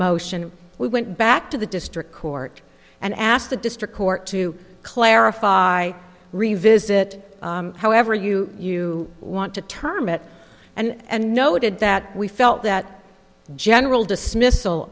motion we went back to the district court and asked the district court to clarify revisit however you you want to term it and noted that we felt that general dismiss